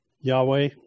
Yahweh